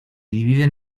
dividen